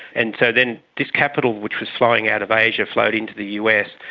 and so then this capital which was flowing out of asia flowed into the us,